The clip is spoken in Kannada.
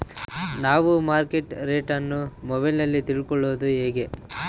ನಾವು ಮಾರ್ಕೆಟ್ ರೇಟ್ ಅನ್ನು ಮೊಬೈಲಲ್ಲಿ ತಿಳ್ಕಳೋದು ಹೇಗೆ?